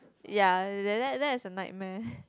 ya that that that is a nightmare